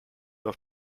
auf